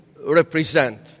represent